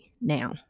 now